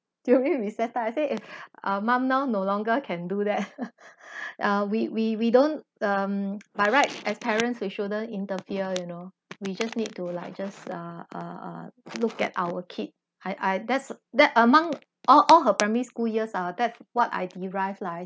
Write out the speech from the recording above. during recess time I say if a mom now no longer can do that uh we we we don't um by right as parents with shouldn't interfere you know we just need to like just uh uh uh look at our kid I I that's that among all all her primary school years ah that's what I derived lah